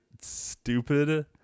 stupid